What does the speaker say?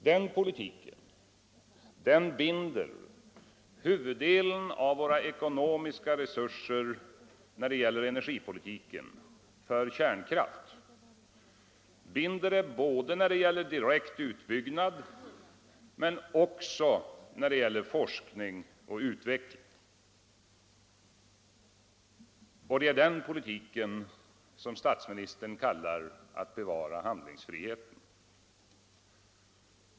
Den politiken binder huvuddelen av våra ekonomiska resurser i fråga om energipolitiken för kärnkraft — binder den både när det gäller direkt utbyggnad och när det gäller forskning och utveckling. Det är den politiken som statsministern kallar att bevara handlingsfriheten.